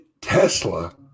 Tesla